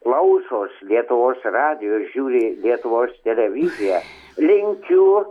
klausos lietuvos radijo žiūri lietuvos televiziją linkiu